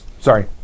Sorry